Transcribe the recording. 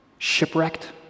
shipwrecked